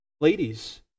Ladies